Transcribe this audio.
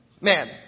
Man